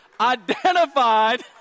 identified